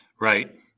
Right